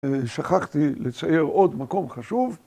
‫שכחתי לצייר עוד מקום חשוב.